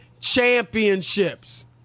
championships